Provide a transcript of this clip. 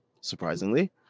surprisingly